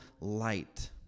light